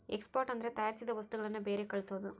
export ಅಂದ್ರೆ ತಯಾರಿಸಿದ ವಸ್ತುಗಳನ್ನು ಬೇರೆ ಕಳ್ಸೋದು